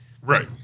right